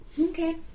Okay